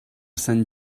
sant